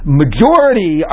majority